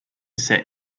set